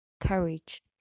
courage